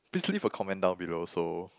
please leave a comment down below so